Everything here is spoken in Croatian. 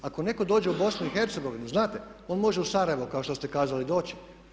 Ako netko dođe u BiH znate on može u Sarajevo kao što ste kazali doći.